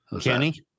Kenny